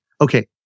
okay